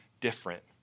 different